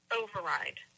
override